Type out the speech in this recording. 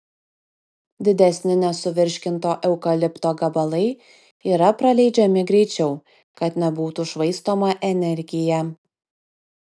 didesni nesuvirškinto eukalipto gabalai yra praleidžiami greičiau kad nebūtų švaistoma energija